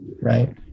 right